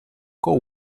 con